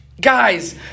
guys